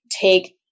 take